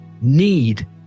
need